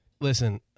Listen